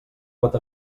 pot